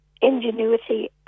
ingenuity